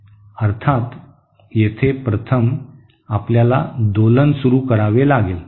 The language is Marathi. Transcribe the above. अर्थात येथे प्रथम आपल्याला दोलन सुरू करावे लागेल